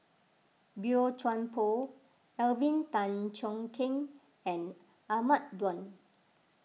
Boey Chuan Poh Alvin Tan Cheong Kheng and Ahmad Daud